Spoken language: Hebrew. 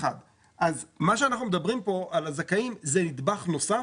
מה שאנחנו מדברים פה על הזכאים זה נדבך נוסף.